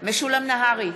משולם נהרי,